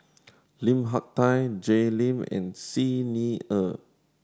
Lim Hak Tai Jay Lim and Xi Ni Er